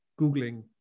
Googling